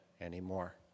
anymore